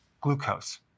glucose